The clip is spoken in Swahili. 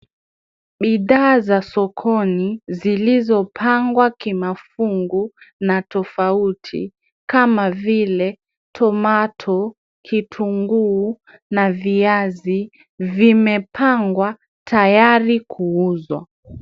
Bidhaa za sokoni zilizopangwa kimafungu na tofauti kama vile tomato , kitunguu na viazi vimepangwa tayari kuuzwa.